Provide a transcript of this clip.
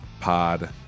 Pod